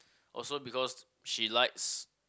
also because she likes